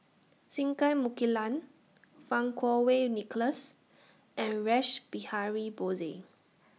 Singai Mukilan Fang Kuo Wei Nicholas and Rash Behari Bose